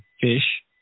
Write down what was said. fish